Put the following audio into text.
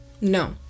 no